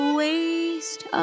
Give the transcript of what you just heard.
waste